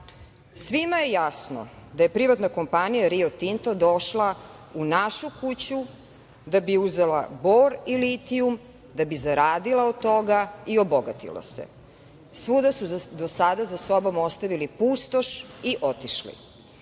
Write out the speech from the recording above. je jasno da je privatna kompanija "Rio Tinto" došla u našu kuću da bi uzela bor i litijum, da bi zaradila od toga i obogatila se. Svuda su do sada za sobom ostavili pustoš i otišli.